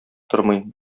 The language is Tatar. тормый